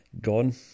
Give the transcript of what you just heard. gone